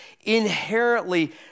inherently